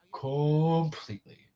completely